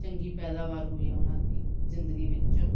ਚੰਗੀ ਪੈਦਾਵਾਰ ਹੋਈ ਆ ਉਹਨਾਂ ਦੀ ਜ਼ਿੰਦਗੀ ਵਿੱਚ